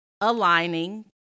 aligning